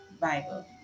bible